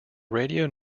radio